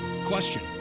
Question